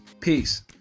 Peace